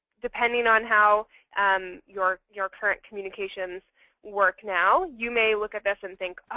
depending on how um your your current communications work now, you may look at this and think,